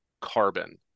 carbon